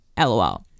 LOL